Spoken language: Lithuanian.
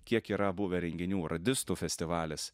kiek yra buvę renginių radistų festivalis